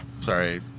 Sorry